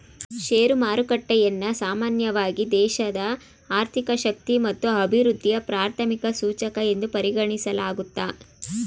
share ಮಾರುಕಟ್ಟೆಯನ್ನ ಸಾಮಾನ್ಯವಾಗಿ ದೇಶದ ಆರ್ಥಿಕ ಶಕ್ತಿ ಮತ್ತು ಅಭಿವೃದ್ಧಿಯ ಪ್ರಾಥಮಿಕ ಸೂಚಕ ಎಂದು ಪರಿಗಣಿಸಲಾಗುತ್ತೆ